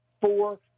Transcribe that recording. four